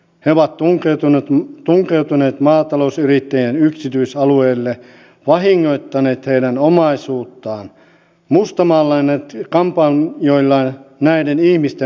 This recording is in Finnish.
he ovat tunkeutuneet maatalousyrittäjien yksityisalueelle vahingoittaneet heidän omaisuuttaan mustamaalanneet kampanjoillaan näiden ihmisten mainetta